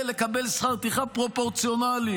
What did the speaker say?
ולקבל שכר טרחה פרופורציונלי,